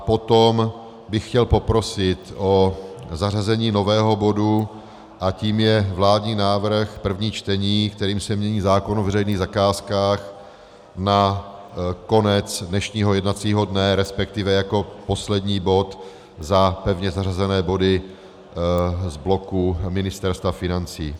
Potom bych chtěl poprosit o zařazení nového bodu a tím je vládní návrh, první čtení, kterým se mění zákon o veřejných zakázkách, na konec dnešního jednacího dne, respektive jako poslední bod za pevně zařazené body z bloku Ministerstva financí.